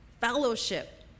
fellowship